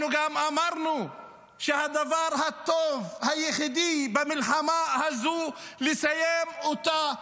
אנחנו גם אמרנו שהדבר הטוב היחידי במלחמה הזאת הוא לסיים אותה,